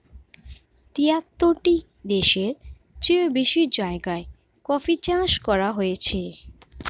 তিয়াত্তরটি দেশের চেও বেশি জায়গায় কফি চাষ করা হচ্ছে